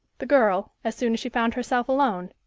the girl, as soon as she found herself alone,